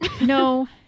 No